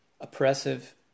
oppressive